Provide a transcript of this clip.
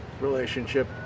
Relationship